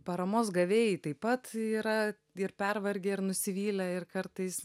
paramos gavėjai taip pat yra ir pervargę ir nusivylę ir kartais